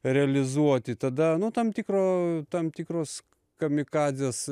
realizuoti tada nu tam tikro tam tikros kamikadzės